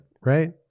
Right